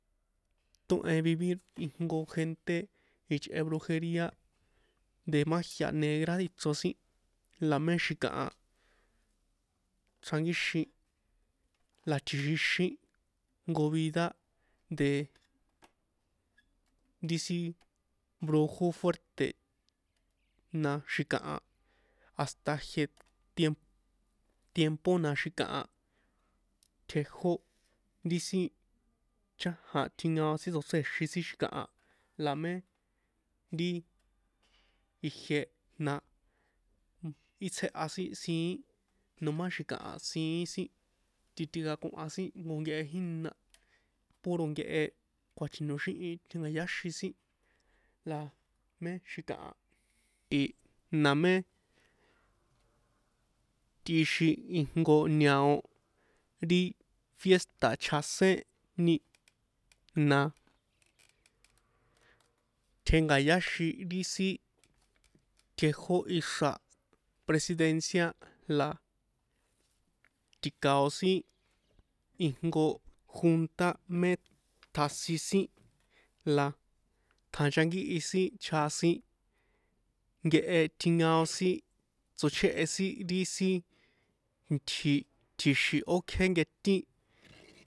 Tóhen vivir ijnko gente ichꞌe brujeria de magia negra ri ichro sin la mé xi̱kaha xrankíxin la tjixixín jnko vida de ri sin brujo fuĕrta̱ na xi̱kaha hasta ijie tiem tiempo na xi̱kaha tjejó ri sin chajan tjinkaon sin tsochréxin sin xi̱kaha la mé nti ijie na í tsjeha si siín nomá xi̱kaha siín sin titekakohan sin jnko nkehe jína puro nkehe kjuachi̱noxíhin tjénka̱yaxin sin la mé xikaha na mé tꞌixin ijnko ñao ri fiésta̱ chjaséni na tjénka̱yáxin ri sin tjejó ixra̱ presidencia la ti̱kao̱ sin ijnko junta mé tsjasin sin la tsjanchankíhi sin chjasin nkehe tjinkaon sin tsochjéhe sin ri sin tji̱ tji̱xi̱n ókjé nketín.